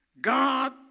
God